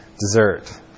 dessert